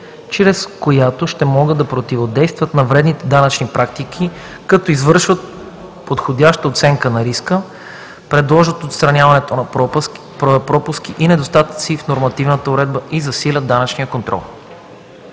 чрез която ще могат да противодействат на вредните данъчни практики, като извършват подходяща оценка на риска, предложат отстраняването на пропуски и недостатъци в нормативната уредба и засилят данъчния контрол.